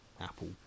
apple